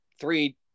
Three